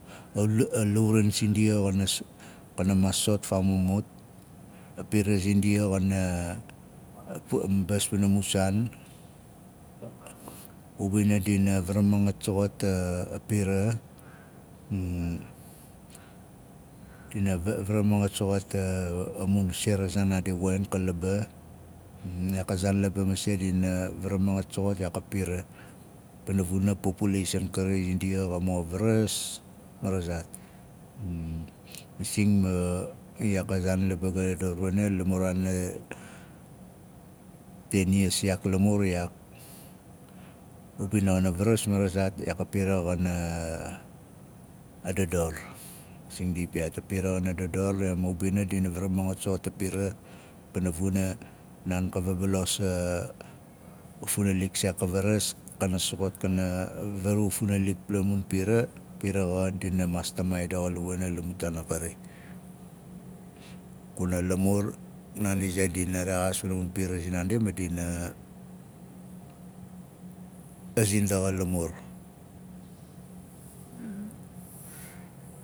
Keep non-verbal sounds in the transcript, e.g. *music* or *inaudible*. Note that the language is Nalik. *hesitation* lauran sindia kana *hesitation* maas sot faamut a pira zindia xana *hesitation* mbas pana mu saan a ubinga dina varamangat soxof iyaak a pira *hesitation* dina varamangat pana mun se ra zaan naadi woxin ka laba *hesitation* iyaak a pira pana vuna iyaak a populeisan sindia xari xa mo varas marazaat *hesitation* masing ma iyaak a zaanlaba gana dador wana iyaak *hesitation* la muraana ten iyas a ubina xana varas marazaat iyaak a pira em a ubina dina varamangat soxot a pira pana vuna naan ka vabalos *hesitation* a funalik saaik ka varas kana soxot kana varu funalilk pala mun pira. A pira dina maas tamaai daxa xa wana la mun taan a kari kuna lamur naandi zaait dina dina rexaas pana mun pira zinaandi ma dina *hesitation* zindaxa lamur.